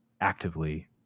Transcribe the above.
actively